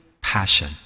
passion